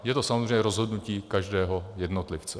Je to samozřejmě rozhodnutí každého jednotlivce.